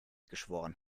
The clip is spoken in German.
geschworen